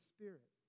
Spirit